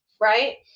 right